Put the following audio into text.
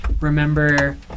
remember